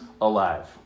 alive